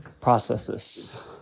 processes